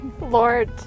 Lord